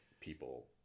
people